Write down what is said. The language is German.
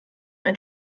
ein